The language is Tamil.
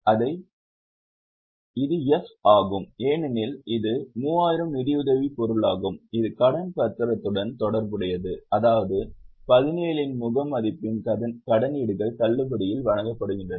இது எஃப் ஆகும் ஏனெனில் இது 3000 நிதியுதவி பொருளாகும் இது கடன் பத்திரத்துடன் தொடர்புடையது அதாவது 17 இன் முக மதிப்பின் கடனீடுகள் தள்ளுபடியில் வழங்கப்படுகின்றன